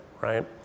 right